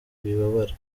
wibabara